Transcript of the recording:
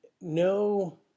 no